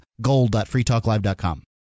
gold.freetalklive.com